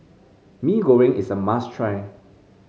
Mee Goreng is a must try